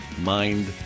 Mind